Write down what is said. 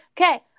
okay